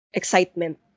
excitement